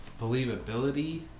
believability